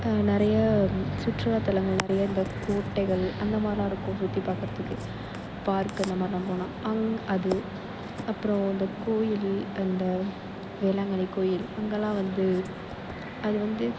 நிறைய சுற்றுலா தலங்கள் நிறைய இந்த கோட்டைகள் அந்தமாதிரிலாம் இருக்கும் சுற்றி பார்க்குறதுக்கு பார்க்கு அந்தமாதிரில்லாம் போனால் அங் அது அப்புறோம் இந்த கோயில் அந்த வேளாங்கண்ணி கோயில் அங்கெல்லாம் வந்து அது வந்து